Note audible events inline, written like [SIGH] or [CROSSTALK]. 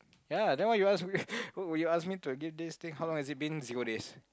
ya then why you ask [LAUGHS] why would you ask me to give this thing how long has it been zero days